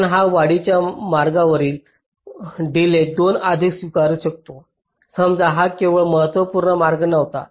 पण या वाढीच्या मार्गावरील डिलेज 2 आम्ही स्वीकारू शकतो समजा हा केवळ महत्वपूर्ण मार्ग नव्हता